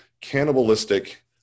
cannibalistic